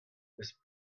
eus